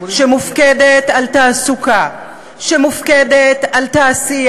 שמופקדת על תעסוקה,